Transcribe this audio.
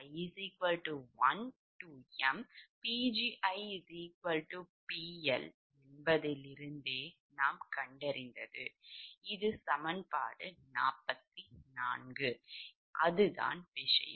அதுதான் விஷயம்